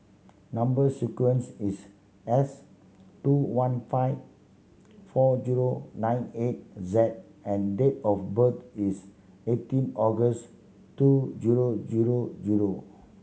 number sequence is S two one five four zero nine eight Z and date of birth is eighteen August two zero zero zero